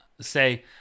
say